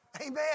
Amen